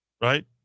right